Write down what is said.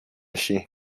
chien